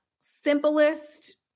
simplest